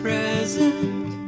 Present